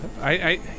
I-